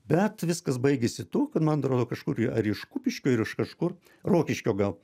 bet viskas baigėsi tuo kad man atrodo kažkur ar iš kupiškio ar iš kažkur rokiškio gal